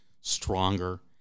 stronger